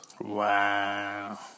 Wow